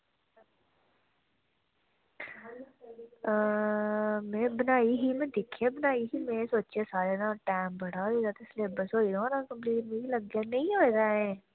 में बनाई ही में दिक्खियै बनाई ही में सोचेआ इसलै टाईम बड़ा होई गेदा ते में सोचेआ होई गेदा होना कम्पलीट ऐहीं नेईं होए दा केह्